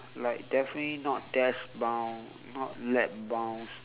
like definitely not desk bound not lap bound